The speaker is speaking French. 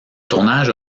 tournage